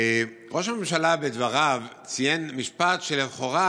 ראש הממשלה בדבריו ציין משפט שלכאורה